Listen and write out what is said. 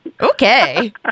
okay